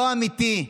לא אמיתי,